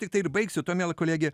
tiktai ir baigsiu tuo miela kolege